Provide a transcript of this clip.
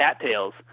cattails